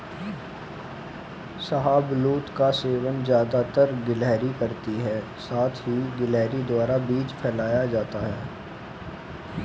शाहबलूत का सेवन ज़्यादातर गिलहरी करती है साथ ही गिलहरी द्वारा बीज फैलाया जाता है